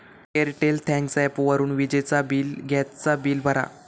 Airtel thanks ॲपवरून विजेचा bill, gas चा बिल भरा